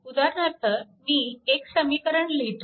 उदाहरणार्थ मी एक समीकरण लिहितो